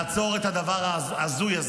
לעצור את הדבר ההזוי הזה.